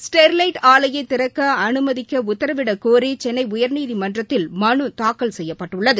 Sterlite ஆலையை திறக்க அனுமதிக்க உத்தரவிடக்கோரி சென்னை உயர்நீதிமன்றத்தில் மனு தாக்கல் செய்யப்பட்டுள்ளது